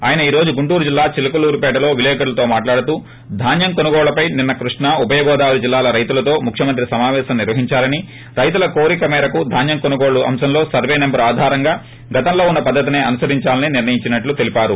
ఆయన ఈ రోజు గుంటూరు జిల్లా చిలకలూరిపేటలో విలేకరులతో మాట్లాడుతూ ధాన్యం కొనుగోళ్లపై నిన్స కృష్ణ ఉభయ గోదావరి జిల్లాల రైతులతో ముఖ్యమంత్రి సమాపేశం నిర్వహించారని రైతుల కోరిక మేరకు ధాన్యం కొనుగోళ్ళ అంశంలో సర్వే నెంబరు ఆధారంగా గతంలో ఉన్న పద్దతిసే అనుసరించాలని నిర్ణయించినట్లు తెలిపారు